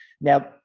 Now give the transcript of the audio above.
now